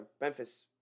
Memphis